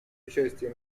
участии